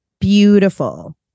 Beautiful